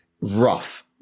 rough